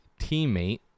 teammate